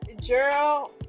Gerald